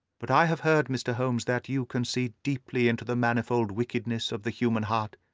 but i have heard, mr. holmes, that you can see deeply into the manifold wickedness of the human heart.